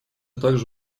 также